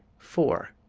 four.